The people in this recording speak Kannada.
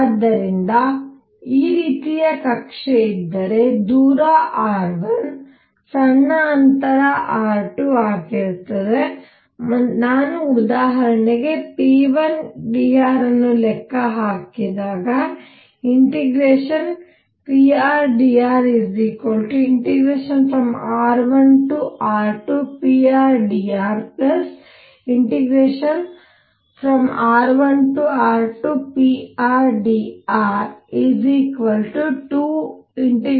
ಆದ್ದರಿಂದ ಈ ರೀತಿಯ ಕಕ್ಷೆಯಿದ್ದರೆ ದೂರ r1 ಸಣ್ಣ ಅಂತರ r2 ಆಗಿರುತ್ತದೆ ಮತ್ತು ನಾನು ಉದಾಹರಣೆಗೆ prdr ಅನ್ನು ಲೆಕ್ಕ ಹಾಕಿದಾಗ prdr r1r2prdr r1r2prdr